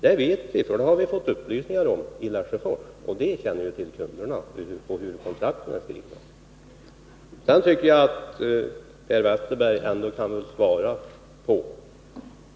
Detta vet vi, för vi har fått upplysningar om det i Lesjöfors. Där känner man ju till kunderna och hur kontrakten är skrivna. Sedan tycker jag att Per Westerberg borde kunna svara på min fråga.